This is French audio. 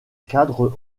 cadre